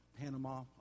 Panama